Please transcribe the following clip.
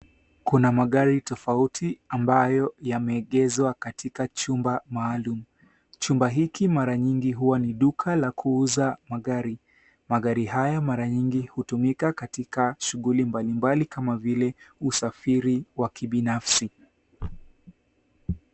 Kuna magari tofauti ambayo yameegezwa katika chumba maalum. Chumba hiki mara nyingi huwa ni duka la kuuza magari. Magari haya mara nyingi hutumika katika shughuli mbalimbali kama vile usafiri wa kibinafsi.